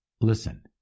Listen